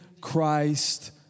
Christ